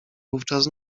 wówczas